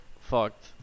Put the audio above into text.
fucked